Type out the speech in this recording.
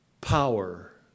Power